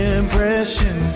impression